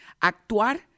Actuar